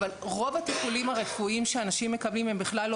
רוב הטיפולים הרפואיים שאנשים מקבלים הם בכלל לא